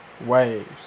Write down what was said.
waves